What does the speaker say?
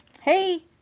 Hey